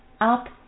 up